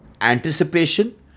Anticipation